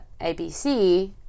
ABC